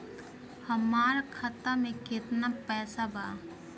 हमार खाता मे केतना पैसा बा?